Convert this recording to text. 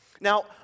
Now